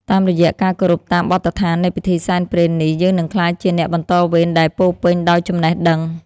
តាមរយៈការគោរពតាមបទដ្ឋាននៃពិធីសែនព្រេននេះយើងនឹងក្លាយជាអ្នកបន្តវេនដែលពោរពេញដោយចំណេះដឹង។